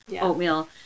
oatmeal